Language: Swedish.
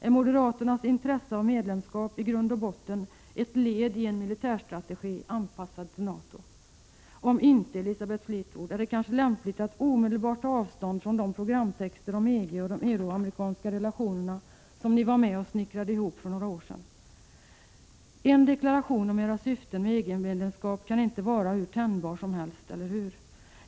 Är moderaternas intresse av medlemskap i grund och botten ett led i en militärstrategi anpassad till NATO? Om inte, Elisabeth Fleetwood, är det kanske lämpligt att omedelbart ta avstånd från de programtexter om EG och de euroamerikanska relationerna som ni var med och snickrade ihop för några år sedan. En deklaration om era syften med EG-medlemskap kan inte vara hur tänjbar som helst, eller hur?